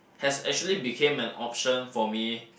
has actually became an option for me